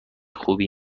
خوبی